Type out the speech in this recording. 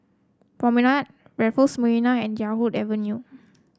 Promenade Raffles Marina and Yarwood Avenue